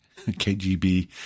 KGB